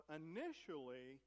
initially